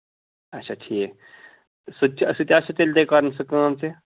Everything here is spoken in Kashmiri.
اَچھا ٹھیٖک سُہ تہِ چھُ سُہ تہِ آسوٕ تیٚلہِ کَرُن سۄ کٲم تہِ